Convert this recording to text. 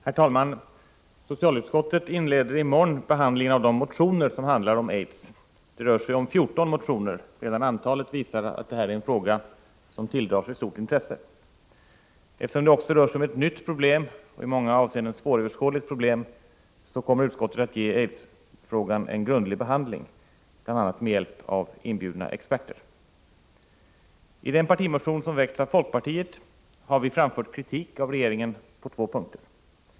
Herr talman! Socialutskottet inleder i morgon behandlingen av de motioner som handlar om aids. Det rör sig om 14 motioner. Redan antalet visar att detta är en fråga som tilldrar sig stort intresse. Eftersom det också rör sig om ett nytt och i många avseenden svåröverskådligt problem, kommer utskottet att ge aidsfrågan en grundlig behandling, bl.a. med hjälp av inbjudna experter. I den partimotion som väckts av folkpartiet har vi framfört kritik av regeringen på två punkter.